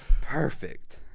Perfect